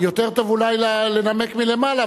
יותר טוב אולי לנמק מלמעלה,